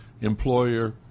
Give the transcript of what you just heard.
employer